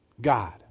God